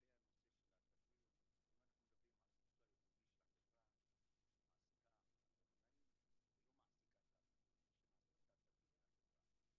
אני מבינה שמדובר בעגורן צריח ובעגורן נייד בעיקר.